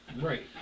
Right